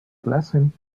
blessing